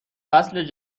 فصل